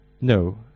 No